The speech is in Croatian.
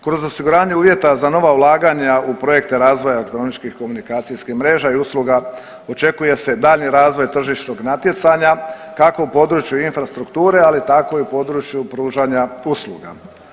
Kroz osiguranje uvjeta za nova ulaganja u projekte razvoja elektroničkih komunikacijskih mreža i usluga očekuje se daljnji razvoj tržišnog natjecanja, kako u području infrastrukture, ali tako i u području pružanja usluga.